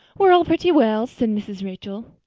we're all pretty well, said mrs. rachel.